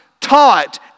taught